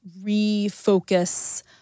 refocus